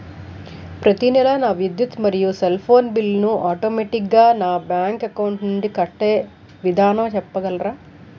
ప్రతి నెల నా విద్యుత్ మరియు సెల్ ఫోన్ బిల్లు ను ఆటోమేటిక్ గా నా బ్యాంక్ అకౌంట్ నుంచి కట్టే విధానం చెప్పగలరా?